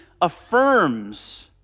affirms